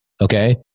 okay